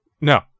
No